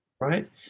Right